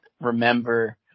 remember